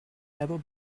never